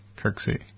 Kirksey